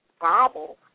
bobble